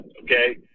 okay